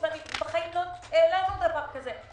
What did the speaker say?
לא העלינו דבר כזה.